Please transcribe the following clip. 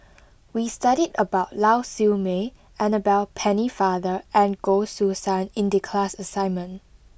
we studied about Lau Siew Mei Annabel Pennefather and Goh Choo San in the class assignment